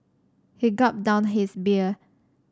he gulped down his beer